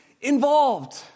involved